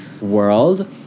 world